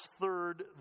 third